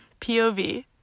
POV